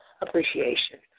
appreciation